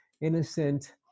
innocent